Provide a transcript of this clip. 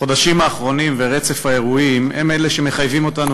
החודשים האחרונים ורצף האירועים הם אלה שמחייבים אותנו